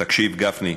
תקשיב גפני,